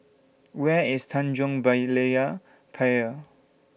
Where IS Tanjong Berlayer Pier